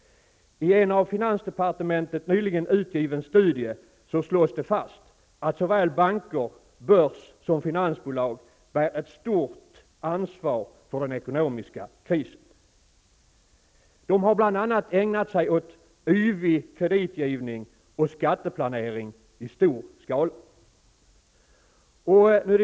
I en av finansdepartementet nyligen utgiven studie slås det fast att såväl banker, börs som finansbolag bär ett stort ansvar för den ekonomiska krisen. De har bl.a. ägnat sig åt ''yvig kreditgivning'' och ''skatteplanering i stor skala''.